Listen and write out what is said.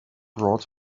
brought